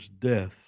death